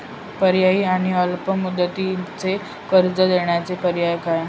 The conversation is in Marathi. पर्यायी आणि अल्प मुदतीचे कर्ज देण्याचे पर्याय काय?